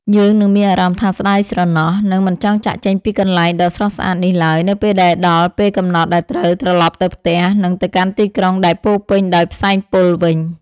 យើងនឹងមានអារម្មណ៍ថាស្ដាយស្រណោះ និង មិនចង់ចាកចេញពីកន្លែងដ៏ស្រស់ស្អាតនេះឡើយនៅពេលដែលដល់ពេលកំណត់ដែលត្រូវត្រឡប់ទៅផ្ទះ និង ទៅកាន់ទីក្រុងដែលពោរពេញដោយផ្សែងពុលវិញ។